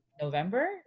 November